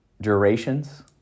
durations